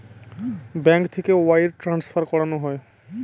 bank থেকে wire transfer করানো হয়